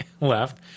left